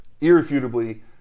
irrefutably